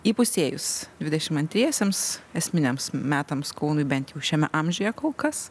įpusėjus dvidešim antriesiems esminiams metams kaunui bent jau šiame amžiuje kol kas